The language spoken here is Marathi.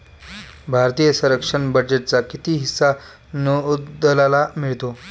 भारतीय संरक्षण बजेटचा किती हिस्सा नौदलाला मिळतो?